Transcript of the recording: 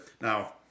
Now